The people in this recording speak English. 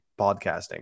podcasting